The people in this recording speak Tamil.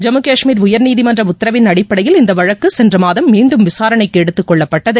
ஜம்மு காஷ்மீர் உயர்நீதிமன்ற உத்தரவின் அடிப்படையில் இந்த வழக்கு சென்றமாதம் மீண்டும் விசாரணைக்கு எடுத்துக்கொள்ளப்பட்டது